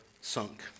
sunk